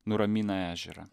nuramina ežerą